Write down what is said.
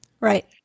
Right